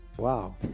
Wow